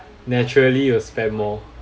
naturally you will spend more